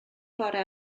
bore